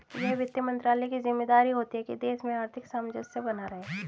यह वित्त मंत्रालय की ज़िम्मेदारी होती है की देश में आर्थिक सामंजस्य बना रहे